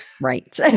Right